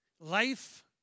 Life